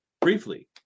briefly